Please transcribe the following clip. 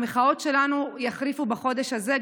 המחאות שלנו יחריפו בחודש הזה.